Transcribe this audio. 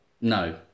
No